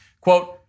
Quote